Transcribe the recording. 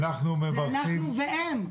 זה אנחנו והם.